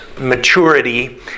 maturity